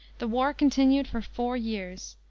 the war continued for four years.